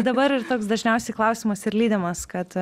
dabar ir toks dažniausiai klausimas ir lydimas kad